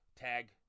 tag